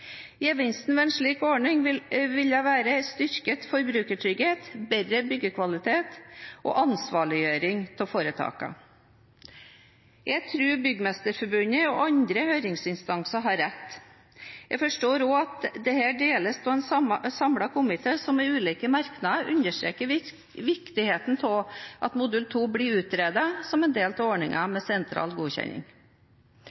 Gevinsten med en slik ordning vil være styrket forbrukertrygghet, bedre byggkvalitet og ansvarliggjøring av foretakene.» Jeg tror Byggmesterforbundet og andre høringsinstanser har rett. Jeg forstår også at dette deles av en samlet komité, som i ulike merknader understreker viktigheten av at modul 2 blir utredet som en del av ordningen med sentral godkjenning.